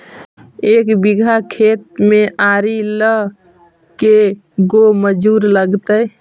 एक बिघा खेत में आरि ल के गो मजुर लगतै?